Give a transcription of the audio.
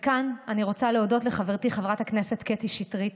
וכאן אני רוצה להודות לחברתי חברת הכנסת קטי שטרית,